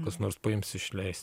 kas nors paims išleis